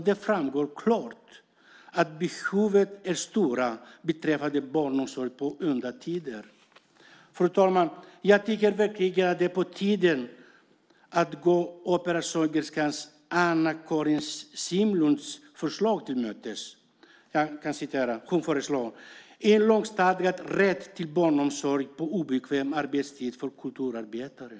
Det framgick klart att behoven är stora beträffande barnomsorg på udda tider. Fru talman! Det är på tiden att vi går operasångerskan Anna-Karin Simlunds förslag till mötes. Hon föreslår en lagstadgad rätt till barnomsorg på obekväm arbetstid för kulturarbetare.